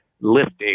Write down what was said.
lifting